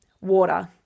Water